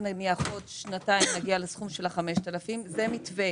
נניח עוד שנתיים נגיע לסכום של ה-5,000 זה מתווה